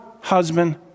husband